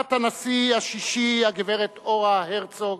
אלמנת הנשיא השישי הגברת אורה הרצוג,